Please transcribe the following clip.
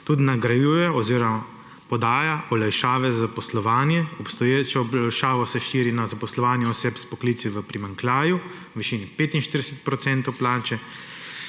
tudi nagrajuje oziroma podaja olajšave za zaposlovanje. Obstoječo olajšavo se širi na zaposlovanje oseb s poklici v primanjkljaju v višini 45 % plače,